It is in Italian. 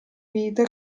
vita